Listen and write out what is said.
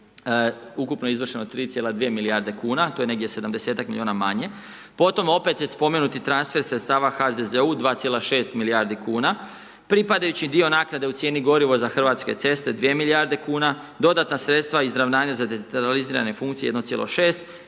ukupno izvršeno 3,2 milijarde kuna to je negdje 70-tak miliona manje, potom opet već spomenuti transfer sredstava HZZO-u 2,6 milijardi kuna, pripadajući dio naknade u cijeni gorivo za Hrvatske ceste 2 milijarde kuna, dodatna sredstava izravnanja za decentralizirane funkcije 1,6